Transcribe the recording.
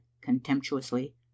contemptuously